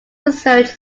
research